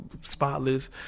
spotless